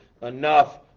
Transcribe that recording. enough